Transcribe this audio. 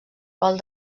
qual